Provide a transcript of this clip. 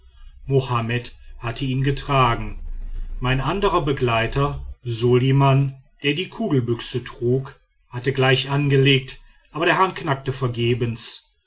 mohammed hatte ihn getragen mein anderer begleiter soliman der die kugelbüchse trug hatte gleich angelegt aber der hahn knackte vergebens